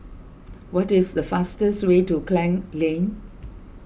what is the fastest way to Klang Lane